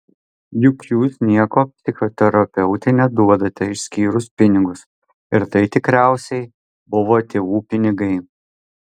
juk jūs nieko psichoterapeutei neduodate išskyrus pinigus ir tai tikriausiai buvo tėvų pinigai